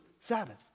Sabbath